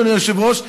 אדוני היושב-ראש,